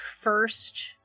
first